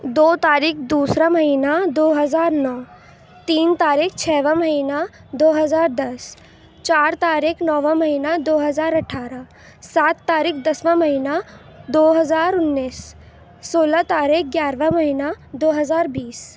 دو تاریخ دوسرا مہینہ دو ہزار نو تین تاریخ چھیواں مہینہ دو ہزار دس چار تاریخ نوواں مہینہ دو ہزار اٹھارہ سات تاریخ دسواں مہینہ دو ہزار انیس سولہ تاریخ گیارہواں مہینہ دو ہزار بیس